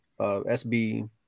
SB